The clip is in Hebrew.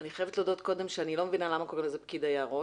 אני חייבת להודות קודם כל שאני לא מבינה למה קוראים לזה פקיד היערות.